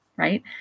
Right